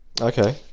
Okay